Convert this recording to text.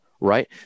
right